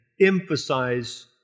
emphasize